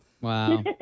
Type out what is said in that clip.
wow